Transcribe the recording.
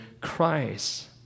Christ